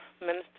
Minister